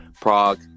Prague